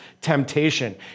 temptation